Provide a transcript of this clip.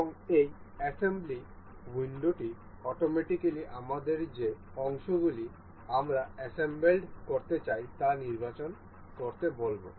এবং এই অ্যাসেম্বলি উইন্ডোটি অটোমেটিকালি আমাদের যে অংশগুলি আমরা অ্যাসেম্বলড করতে চাই তা নির্বাচন করতে বলবে